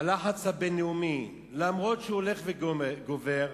הלחץ הבין-לאומי, אף-על-פי שהוא הולך וגובר,